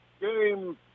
game